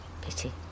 Pity